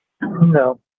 No